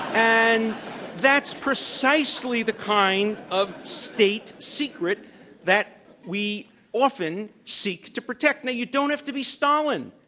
and that's precisely the kind of state secret that we often seek to protect. now, you don't have to be stalin.